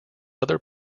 other